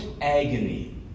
agony